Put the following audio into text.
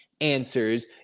answers